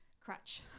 crutch